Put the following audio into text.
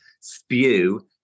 spew